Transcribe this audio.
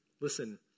Listen